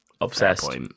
Obsessed